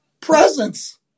presence